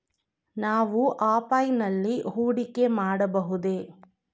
ನಾವು ಆಫ್ಲೈನ್ ನಲ್ಲಿ ಹೂಡಿಕೆ ಮಾಡಬಹುದೇ?